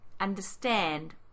understand